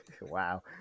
wow